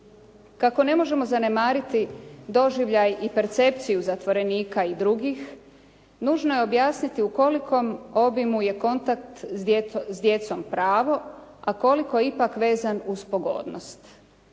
Kako ne možemo zanemariti doživljaj i percepciju zatvorenika i drugih, nužno je objasniti u kolikom obimu je kontakt s djecom pravo, a koliko ipak vezan uz pogodnost.